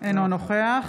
נוכח